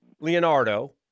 Leonardo